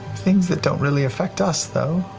things that don't really affect us, though.